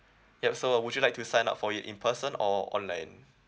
yup so would you like to sign up for it in person or online